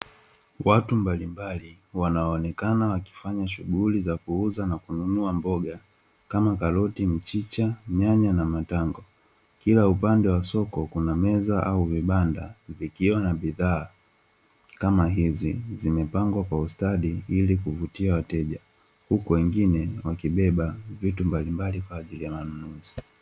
Watu mbalimbali wanaonekana wakifanya shughuli za kuuza na kununua mboga kama: karoti, mchicha, nyanya na matango, kila upande wa soko kuna meza au vibanda vikiwa na bidhaa kama hizi zimepangwa kwa ustadi ili kuvutia wateja huku wengine wakibeba vitu mbalimbali kwa ajili ya manunuzi.